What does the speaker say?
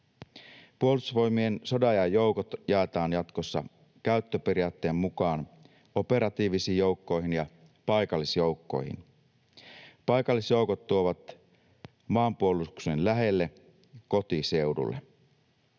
Puolustusvoimien sodanajan joukot jaetaan jatkossa käyttöperiaatteen mukaan operatiivisiin joukkoihin ja paikallisjoukkoihin. Paikallisjoukot tuovat maanpuolustuksen lähelle, kotiseudulle.